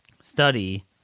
study